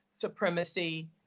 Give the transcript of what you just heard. supremacy